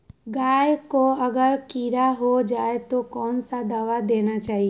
गाय को अगर कीड़ा हो जाय तो कौन सा दवा देना चाहिए?